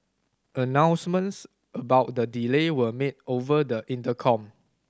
announcements about the delay were made over the intercom